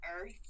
earth